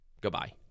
Goodbye